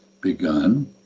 begun